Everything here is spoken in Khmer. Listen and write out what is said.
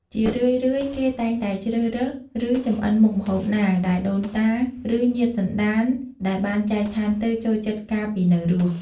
ជារឿយៗ គេតែងតែជ្រើសរើស ឬចម្អិនមុខម្ហូបណាដែលដូនតា ឬញាតិសន្ដានដែលបានចែកឋានទៅចូលចិត្តកាលពីនៅរស់។